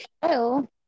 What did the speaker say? Hello